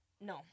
No